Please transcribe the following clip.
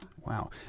Wow